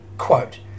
Quote